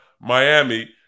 Miami